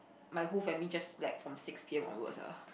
my whole family just slept from six p_m onwards ah